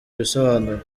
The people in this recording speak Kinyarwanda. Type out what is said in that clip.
ibisobanuro